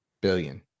billion